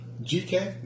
GK